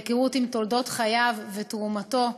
ולהיכרות עם תולדות חייו ותרומתו.